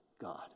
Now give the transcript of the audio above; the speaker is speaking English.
God